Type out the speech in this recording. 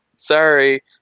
sorry